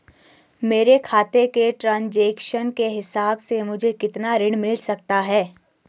मेरे खाते के ट्रान्ज़ैक्शन के हिसाब से मुझे कितना ऋण मिल सकता है?